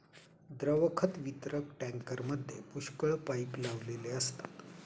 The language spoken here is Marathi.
द्रव खत वितरक टँकरमध्ये पुष्कळ पाइप लावलेले असतात